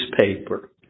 newspaper